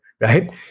right